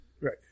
Right